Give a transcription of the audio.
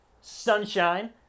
Sunshine